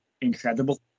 incredible